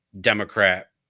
Democrat